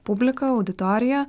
publiką auditoriją